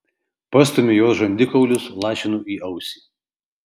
pastumiu jos žandikaulius lašinu į ausį